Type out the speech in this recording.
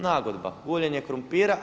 Nagodba, guljenje krumpira.